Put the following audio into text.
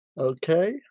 Okay